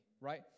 right